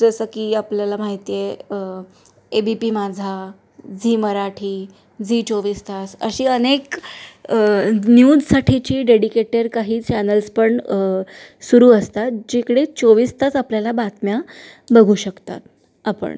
जसं की आपल्याला माहिती आहे A B P Majha Zee Marathi Zee चोवीस तास अशी अनेक न्यूजसाठीची डेडिकेटेड काही चॅनल्स पण सुरू असतात जिकडे चोवीस तास आपल्याला बातम्या बघू शकतात आपण